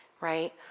right